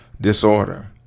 disorder